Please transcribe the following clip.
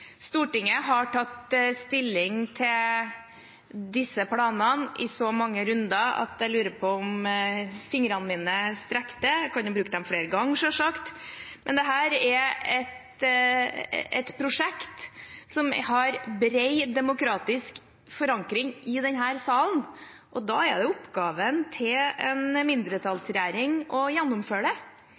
Stortinget har tatt stilling til disse planene i så mange runder at jeg lurer på om fingrene mine strekker til – jeg kan jo selvsagt bruke dem flere ganger. Dette er et prosjekt som har bred demokratisk forankring i denne salen, og da er oppgaven til en mindretallsregjering å gjennomføre